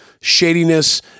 shadiness